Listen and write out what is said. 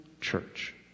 church